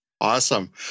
Awesome